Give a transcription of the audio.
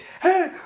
hey